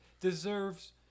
deserves